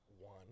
one